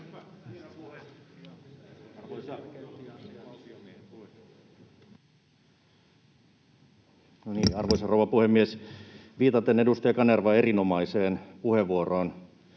Arvoisa rouva puhemies! Viitaten edustaja Kanervan erinomaiseen puheenvuoroon